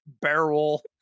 barrel